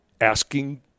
asking